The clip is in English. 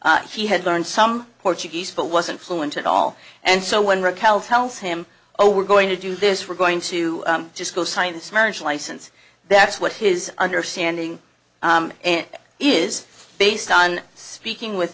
degree she had learned some portuguese but wasn't fluent at all and so when raquel tells him oh we're going to do this we're going to just go sign this marriage license that's what his understanding is based on speaking with